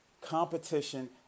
competition